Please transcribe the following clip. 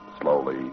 slowly